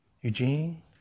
Eugene